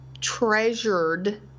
treasured